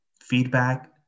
feedback